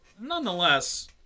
Nonetheless